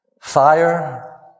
fire